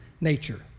nature